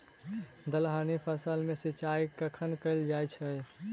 दलहनी फसल मे सिंचाई कखन कैल जाय छै?